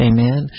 Amen